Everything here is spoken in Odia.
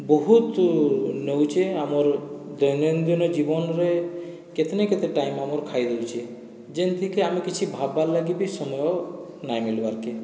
ବହୁତ ନେଉଛେ ଆମର ଦୈନନ୍ଦିନ ଜୀବନରେ କେତେନା କେତେ ଟାଇମ ଆମର୍ ଖାଇ ଦଉଛେ ଯେନ୍ତିକି ଆମେ କିଛି ଭାବ୍ବାର ଲାଗି ବି ସମୟ ନାହିଁ ମିଲିବାର୍କେ